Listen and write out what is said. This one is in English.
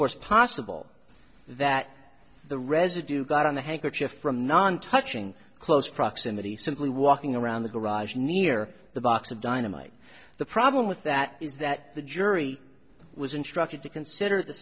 course possible that the residue got on the handkerchief from non touching close proximity simply walking around the garage near the box of dynamite the problem with that is that the jury was instructed to consider th